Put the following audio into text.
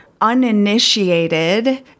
uninitiated